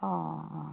অঁ অঁ